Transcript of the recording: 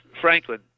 Franklin